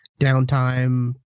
downtime